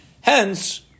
Hence